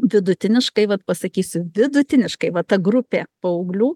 vidutiniškai vat pasakysiu vidutiniškai va ta grupė paauglių